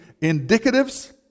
indicatives